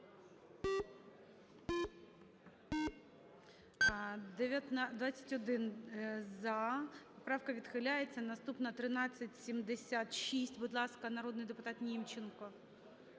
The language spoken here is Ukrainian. Ця поправка відхиляється. Наступна – 1430. Будь ласка, народний депутат Німченко,